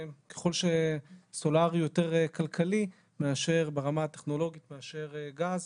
ככל שסולארי יותר כלכלי ברמה הטכנולוגית מאשר גז,